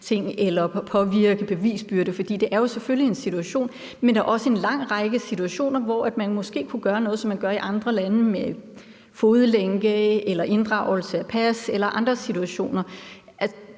eller påvirkning af beviser? For det er jo selvfølgelig en særlig situation. Men der er jo også en lang række situationer, hvor man måske kunne gøre noget, som man gør i andre lande, f.eks. med fodlænke eller inddragelse af pas eller andre ting.